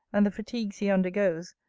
and the fatigues he undergoes,